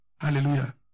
Hallelujah